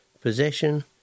Possession